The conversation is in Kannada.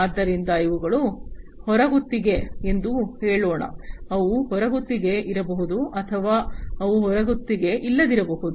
ಆದ್ದರಿಂದ ಇವುಗಳು ಹೊರಗುತ್ತಿಗೆ ಎಂದು ಹೇಳೋಣ ಅವು ಹೊರಗುತ್ತಿಗೆ ಇರಬಹುದು ಅಥವಾ ಅವು ಹೊರಗುತ್ತಿಗೆ ಇಲ್ಲದಿರಬಹುದು